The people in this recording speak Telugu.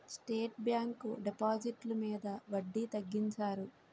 స్టేట్ బ్యాంకు డిపాజిట్లు మీద వడ్డీ తగ్గించారు